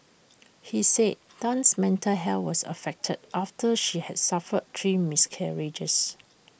he said Tan's mental health was affected after she had suffered three miscarriages